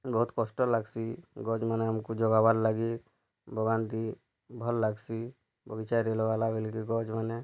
ବହୁତ କଷ୍ଟ ଲାଗ୍ସି ଗଛ୍ମାନେ ଆମକୁ ଜଗାବାର୍ ଲାଗି ଭଗାନ୍ତି ଭଲ୍ ଲାଗ୍ସି ବଗିଚାରେ ଲଗା ଲାଗେଇଲେ ବୋଲିକରି ଗଛ୍ମାନେ